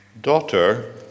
Daughter